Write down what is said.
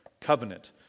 covenant